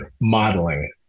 modeling